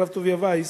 הרב טוביה וייס,